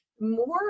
more